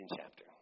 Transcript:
chapter